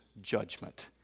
judgment